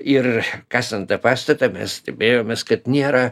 ir kasant tą pastatą mes stebėjomės kad nėra